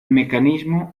mecanismo